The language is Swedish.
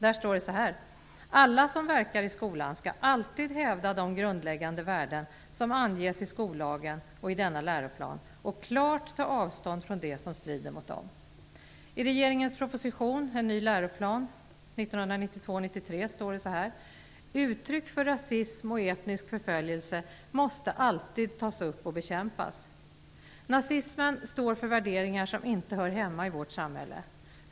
Där står: "Alla som verkar i skolan skall alltid hävda de grundläggande värden som anges i skollagen och i denna läroplan och klart ta avstånd från det som strider mot dem." står: "Uttryck för rasism och etnisk förföljelse måste alltid tas upp och bekämpas." Nazismen står för värderingar som inte hör hemma i vårt samhälle.